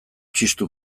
txistu